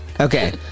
Okay